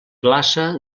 glaça